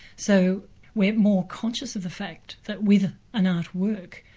so we're more conscious of the fact that with an art work,